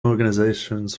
organizations